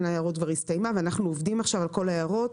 ההערות כבר הסתיימה ואנחנו עובדים עכשיו על כל ההערות.